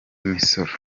misoro